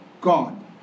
God